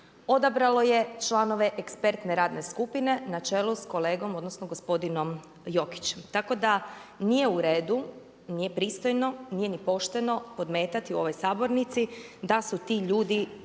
odabralo je članove ekspertne radne skupine na čelu sa kolegom, odnosno gospodinom Jokićem. Tako da nije u redu, nije pristojno, nije ni pošteno podmetati u ovoj sabornici da su ti ljudi